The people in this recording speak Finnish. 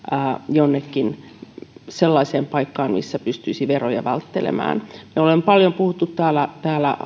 jonnekin sellaiseen paikkaan missä pystyisi veroja välttelemään me olemme paljon puhuneet täällä